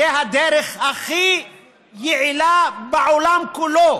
זו הדרך הכי יעילה בעולם כולו: